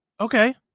Okay